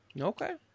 Okay